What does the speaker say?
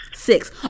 six